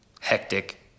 hectic